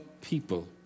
people